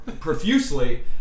profusely